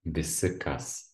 visi kas